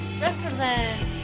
Represent